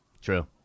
true